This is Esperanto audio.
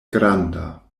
granda